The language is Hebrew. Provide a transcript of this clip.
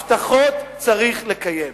הבטחות צריך לקיים.